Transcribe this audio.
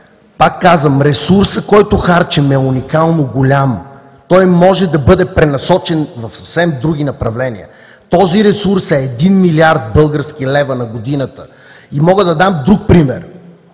Пак казвам, ресурсът, който харчим, е уникално голям. Той може да бъде пренасочен в съвсем други направления. Този ресурс е един милиард български лева на годината. Мога да дам друг пример.